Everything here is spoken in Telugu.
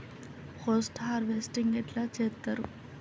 పోస్ట్ హార్వెస్టింగ్ ఎట్ల చేత్తరు?